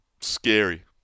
Scary